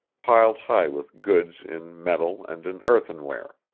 piled high with goods in metal and in earthenware.